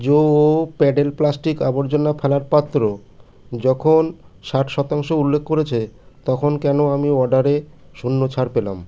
জোয়ো pedal plastic আবর্জনা ফেলার পাত্র যখন ষাট শতাংশ উল্লেখ করেছে তখন কেন আমি অর্ডারে শূন্য ছাড় পেলাম